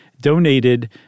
donated